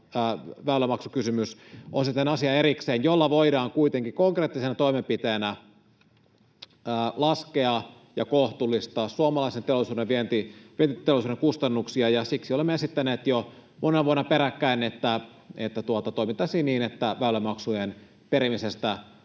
väylämaksukysymys taas on sitten asia erikseen, jolla voidaan kuitenkin konkreettisena toimenpiteenä laskea ja kohtuullistaa suomalaisen vientiteollisuuden kustannuksia, ja siksi olemme esittäneet jo monena vuonna peräkkäin, että toimittaisiin niin, että väylämaksujen perimisestä